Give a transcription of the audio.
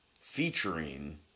featuring